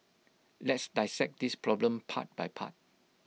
let's dissect this problem part by part